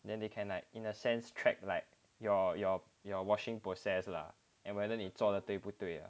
then they can like in a sense track like your your your washing process lah and whether 你做了对不对了